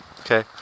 Okay